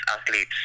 athletes